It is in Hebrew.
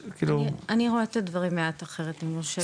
אני רואה את הדברים מעט אחרת, אם יורשה לי.